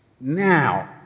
Now